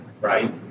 right